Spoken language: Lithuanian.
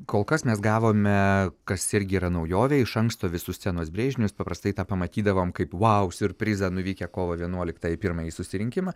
kol kas mes gavome kas irgi yra naujovė iš anksto visus scenos brėžinius paprastai tą pamatydavom kaip vau siurprizą nuvykę kovo vienuoliktą į pirmąjį susirinkimą